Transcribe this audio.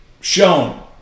shown